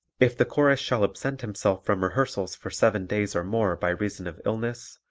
if the chorus shall absent himself from rehearsals for seven days or more by reason of illness,